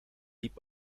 liep